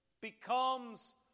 becomes